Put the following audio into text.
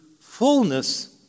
fullness